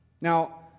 Now